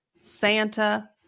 Santa